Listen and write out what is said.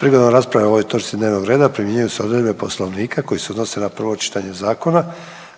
Prigodom rasprave o ovoj točci dnevnog reda primjenjuju se odredbe Poslovnika koje se odnose na prvo čitanje zakona.